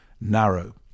narrow